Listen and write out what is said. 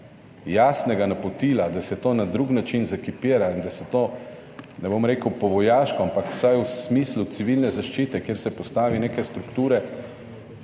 jasnega napotila, da se to na drug način zakipira in da se to, ne bom rekel po vojaško, ampak vsaj v smislu civilne zaščite, kjer se postavi neke strukture,